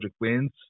wins